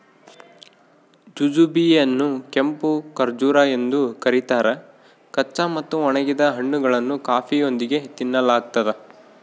jujube ಯನ್ನುಕೆಂಪು ಖರ್ಜೂರ ಎಂದು ಕರೀತಾರ ಕಚ್ಚಾ ಮತ್ತು ಒಣಗಿದ ಹಣ್ಣುಗಳನ್ನು ಕಾಫಿಯೊಂದಿಗೆ ತಿನ್ನಲಾಗ್ತದ